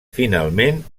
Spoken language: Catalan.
finalment